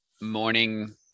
morning